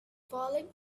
falling